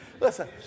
Listen